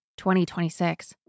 2026